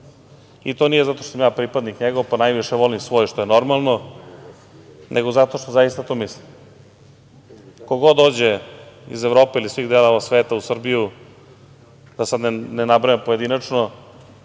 To nije zato što sam ja pripadnik njegov, pa najviše volim svoje, što je normalno, nego zato što zaista to mislim. Ko god dođe iz Evrope ili svih delova sveta u Srbiju, da sada ne nabrajam pojedinačno,